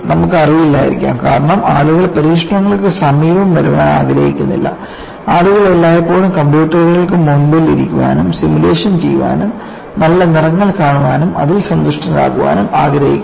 നമുക്ക് അറിയില്ലായിരിക്കാം കാരണം ആളുകൾ പരീക്ഷണങ്ങൾക്ക് സമീപം വരാൻ ആഗ്രഹിക്കുന്നില്ല ആളുകൾ എല്ലായ്പ്പോഴും കമ്പ്യൂട്ടറുകൾക്ക് മുന്നിൽ ഇരിക്കാനും സിമുലേഷൻ ചെയ്യാനും നല്ല നിറങ്ങൾ കാണാനും അതിൽ സന്തുഷ്ടരാകാനും ആഗ്രഹിക്കുന്നു